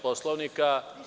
Poslovnika.